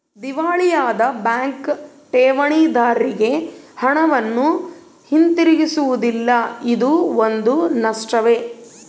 ದಿವಾಳಿಯಾದ ಬ್ಯಾಂಕ್ ಠೇವಣಿದಾರ್ರಿಗೆ ಹಣವನ್ನು ಹಿಂತಿರುಗಿಸುವುದಿಲ್ಲ ಇದೂ ಒಂದು ನಷ್ಟವೇ